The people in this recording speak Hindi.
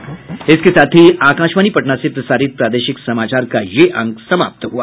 इसके साथ ही आकाशवाणी पटना से प्रसारित प्रादेशिक समाचार का ये अंक समाप्त हुआ